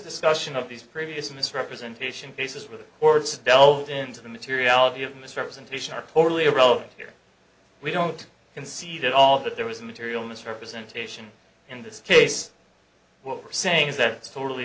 discussion of these previous misrepresentation cases where the courts delved into the materiality of misrepresentation are totally irrelevant here we don't concede at all that there was a material misrepresentation in this case what we're saying is that it's totally